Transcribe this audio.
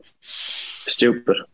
stupid